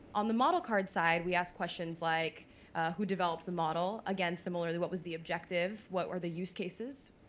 on the model card side, we asked questions like who developed the model? again, similar to what was the objective. what were the use cases?